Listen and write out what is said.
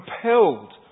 compelled